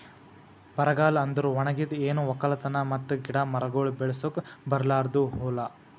ಬರಗಾಲ ಅಂದುರ್ ಒಣಗಿದ್, ಏನು ಒಕ್ಕಲತನ ಮತ್ತ ಗಿಡ ಮರಗೊಳ್ ಬೆಳಸುಕ್ ಬರಲಾರ್ದು ಹೂಲಾ